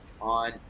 on